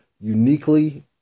uniquely